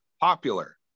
popular